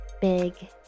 big